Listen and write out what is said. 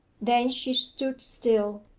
then she stood still.